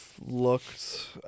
looked